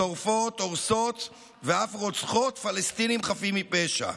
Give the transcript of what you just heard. שורפות, הורסות ואף רוצחות פלסטינים חפים מפשע.